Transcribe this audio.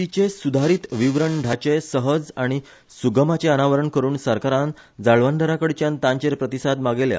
टीचे सुधारित विवरण ढाचे सहज आनी सुगमाचे अनावरण करुन सरकारान जाळवणदाराकडच्यान तांचेर प्रतिसाद मागयला